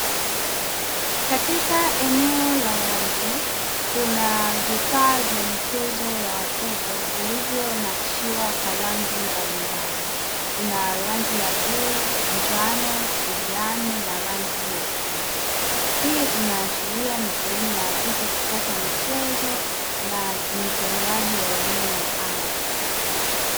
Katika eneo la wazi kuna vifaa vya michezo ya watoto vilivyo nakishiwa na rangi mbalimbali kuna rangi ya bluu, njano, kijani na rangi ya pinki. Hii inaashiria ni sehemu ya watoto kupata michezo na ni utolewaji wa elimu ya awali.